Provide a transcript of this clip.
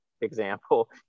example